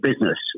business